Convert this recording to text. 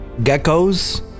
geckos